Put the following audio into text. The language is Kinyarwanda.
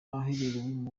haherewe